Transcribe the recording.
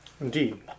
Indeed